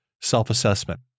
Self-Assessment